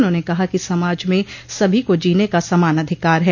उन्होंने कहा कि समाज में सभी को जीने का समान अधिकार है